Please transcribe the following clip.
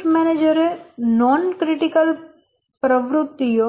project મેનેજરે non critical પ્રવૃત્તિઓ